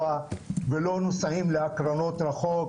ולא נוסעים להקרנות רחוק